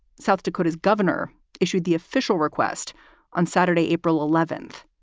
south dakota's governor issued the official request on saturday, april eleventh.